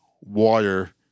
water